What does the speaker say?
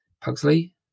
Pugsley